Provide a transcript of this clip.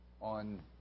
on